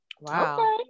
Wow